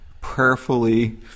prayerfully